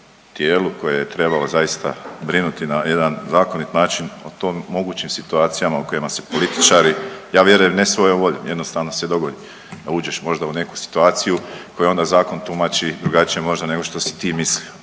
tijelu koje je trebalo zaista brinuti na jedan zakonit način o tom mogućim situacijama u kojima se političari, je vjerujem ne svojom voljom jednostavno se dogodi da uđeš možda u neku situaciju koju onda zakon tumači drugačije možda nego što si ti mislio.